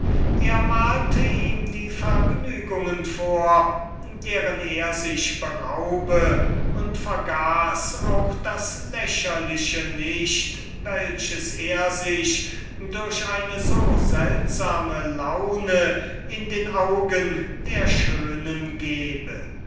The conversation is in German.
er malte ihm mit verführischen farben die vergnügungen vor deren er sich beraube und vergaß auch das lächerliche nicht welches er sich durch eine so seltsame laune in den augen der schönen gebe